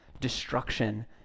destruction